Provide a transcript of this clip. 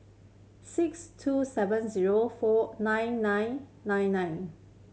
six two seven zero four nine nine nine nine